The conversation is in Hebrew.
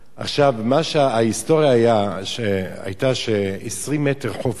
ההיסטוריה היתה ש-20 מטר חוף היה,